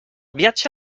viatge